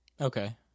Okay